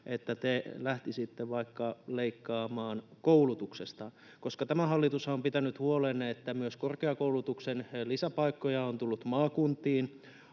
että te lähtisitte vaikka leikkaamaan koulutuksesta? Tämä hallitushan on pitänyt huolen, että myös korkeakoulutuksen lisäpaikkoja on tullut maakuntiin